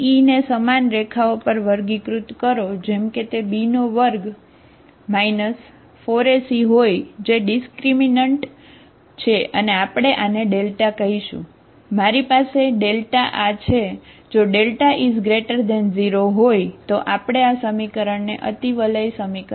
PDE ને સમાન રેખાઓ પર વર્ગીકૃત કરો જેમ કે તે b2 4ac હોય જે ડિસ્ક્રિમિનન્ટ છે અને આપણે આને ∆ કહીશું બરાબર